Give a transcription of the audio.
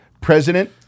President